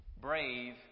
brave